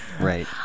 Right